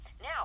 Now